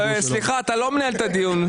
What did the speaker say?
סליחה, אתה לא מנהל את הדיון.